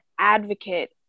advocate